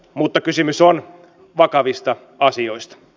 mutta kysymys on vakavista asioista